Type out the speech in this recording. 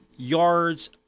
Yards